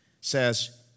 says